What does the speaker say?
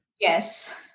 Yes